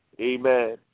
Amen